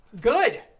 Good